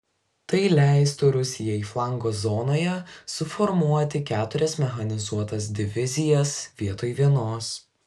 tai leistų rusijai flango zonoje suformuoti keturias mechanizuotas divizijas vietoj vienos